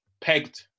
pegged